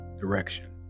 direction